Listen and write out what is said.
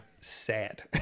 sad